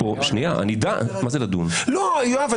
אני רוצה על זה לדון ולא לדון על הדבר הזה.